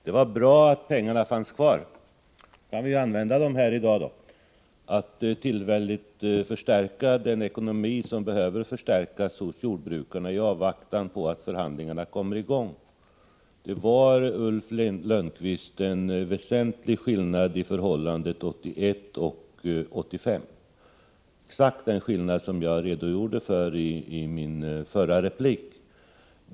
Fru talman! Det var bra att pengarna fanns kvar, för då kan vi ju använda dem i dag till att tillfälligt förstärka den ekonomi som behöver förstärkas hos jordbrukarna i avvaktan på att förhandlingarna kommer i gång. Det var en väsentlig skillnad, Ulf Lönnqvist, i förhållandena 1981 och 1985 —- exakt den skillnad som jag redogjorde för i min förra replik.